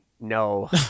No